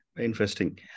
Interesting